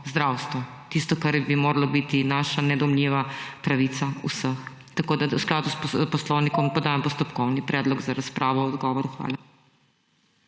zdravstvo, tisto, kar bi moralo biti neodjemljiva pravica nas vseh. V skladu s poslovnikom podajam postopkovni predlog za razpravo o odgovoru. Hvala.